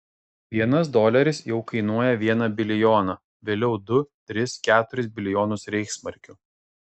vienas doleris jau kainuoja vieną bilijoną vėliau du tris keturis bilijonus reichsmarkių